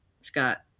Scott